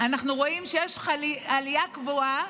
אנחנו רואים שיש עלייה קבועה,